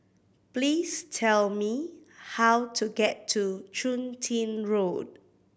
please tell me how to get to Chun Tin Road